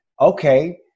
okay